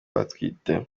batwite